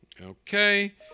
Okay